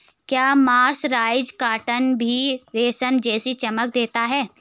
क्या mercerised cotton भी रेशम जैसी चमक देता है?